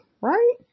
right